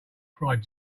cried